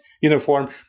uniform